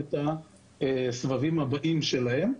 את הסבבים הבאים שלהם.